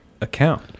account